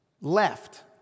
left